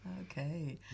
Okay